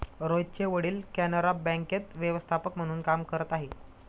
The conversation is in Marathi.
रोहितचे वडील कॅनरा बँकेत व्यवस्थापक म्हणून काम करत आहे